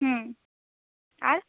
হুম আর